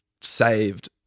saved-